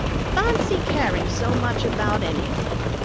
fahncy caring so much about anything!